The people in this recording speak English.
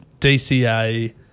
DCA